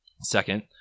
second